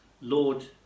Lord